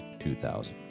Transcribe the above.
2000